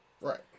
Right